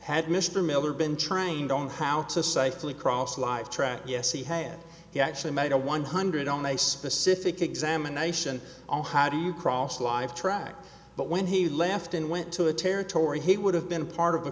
mr miller been trying on how to safely cross live tracks yes he had he actually made a one hundred on a specific examination on how do you cross a live track but when he left and went to the territory he would have been part of